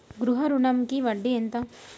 గృహ ఋణంకి వడ్డీ ఎంత?